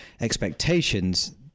expectations